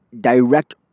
direct